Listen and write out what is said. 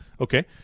Okay